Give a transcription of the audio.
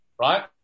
right